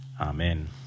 Amen